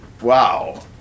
wow